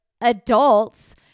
adults